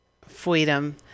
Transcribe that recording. Freedom